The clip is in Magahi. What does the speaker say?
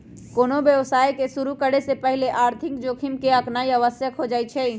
कोनो व्यवसाय के शुरु करे से पहिले आर्थिक जोखिम के आकनाइ आवश्यक हो जाइ छइ